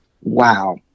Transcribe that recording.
Wow